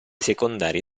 secondarie